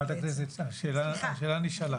חברת הכנסת, השאלה נשאלה.